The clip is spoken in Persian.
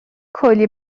کولی